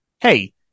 Hey